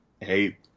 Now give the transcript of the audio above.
hey